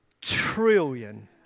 trillion